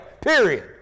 period